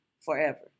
forever